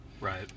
Right